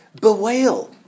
bewail